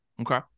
Okay